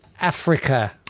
africa